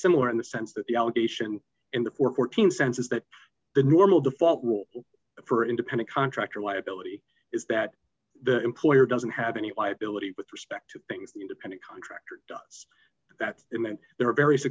similar in the sense that the allegation in the fourteen sense is that the normal default rule for independent contractor liability is that the employer doesn't have any liability with respect to things independent contractor does that it meant there are various